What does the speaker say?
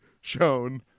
shown